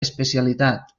especialitat